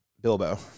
Bilbo